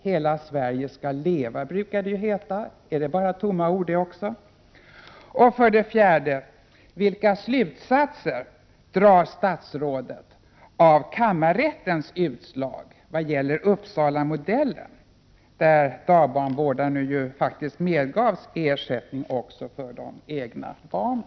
Det brukar sägas att hela Sverige skall leva — är också detta bara tomma ord? 4. Vilka slutsatser drar statsrådet av kammarrättens utslag vad gäller Uppsalamodellen, enligt vilken dagbarnvårdarna medgavs ersättning också för vård av de egna barnen?